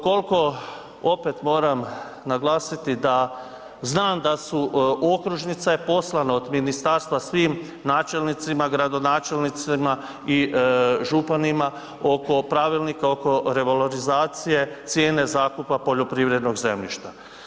Kolko opet moram naglasiti da znam da su, okružnica je poslana od ministarstva svim načelnicima, gradonačelnicima i županima oko pravilnika, oko revalorizacije, cijene zakupa poljoprivrednog zemljišta.